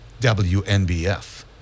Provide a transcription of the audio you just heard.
WNBF